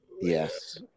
Yes